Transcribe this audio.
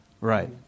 Right